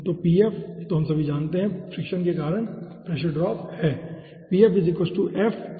तो Pf तो हम सभी जानते हैं कि फ्रिक्शन के कारण प्रेशर ड्रॉप है